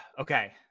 Okay